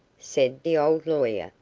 said the old lawyer,